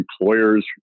employers